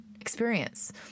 experience